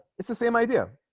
it's the same idea